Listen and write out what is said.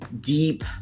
deep